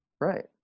right